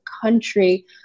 country